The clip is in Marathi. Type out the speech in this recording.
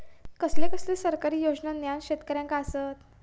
कसले कसले सरकारी योजना न्हान शेतकऱ्यांना आसत?